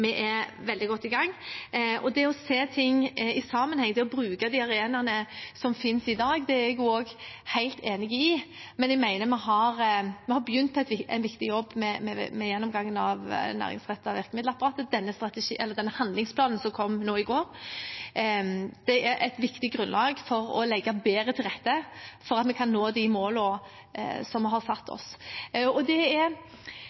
vi er veldig godt i gang. At vi må se ting i sammenheng, og at vi må bruke de arenaene som finnes i dag, er jeg også helt enig i. Vi har begynt på en viktig jobb med gjennomgangen av det næringsrettede virkemiddelapparatet – den handlingsplanen som kom nå i går. Det er et viktig grunnlag for å legge bedre til rette for å nå de målene vi har satt oss. De målene vi har, er selvfølgelig viktige i et klimaperspektiv, men de er